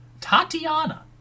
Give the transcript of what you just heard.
Tatiana